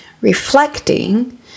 reflecting